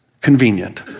convenient